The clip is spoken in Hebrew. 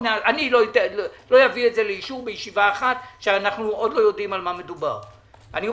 אני לא אביא את זה לאישור בישיבה אחת כשאנחנו לא יודעים במה מדובר עוד.